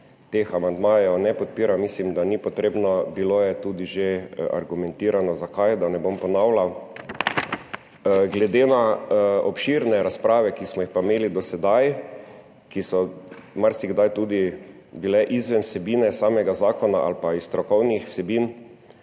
teh amandmajev ne podpiram. Mislim, da ni potrebno, bilo je tudi že argumentirano zakaj, da ne bom ponavljal. Glede na obširne razprave, ki smo jih pa imeli do sedaj, ki so marsikdaj bile tudi izven vsebine samega zakona ali izven strokovnih vsebin,